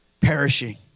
perishing